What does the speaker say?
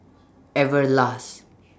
Everlast